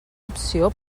opció